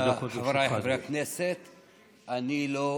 אחריו, חבר הכנסת עופר כסיף.